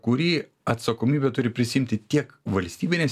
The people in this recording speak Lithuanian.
kurį atsakomybę turi prisiimti tiek valstybinės